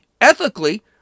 Ethically